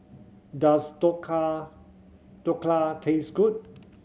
does Dhokla Dhokla taste good